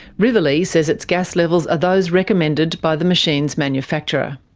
rivalea says its gas levels are those recommended by the machine's manufacturer.